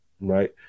right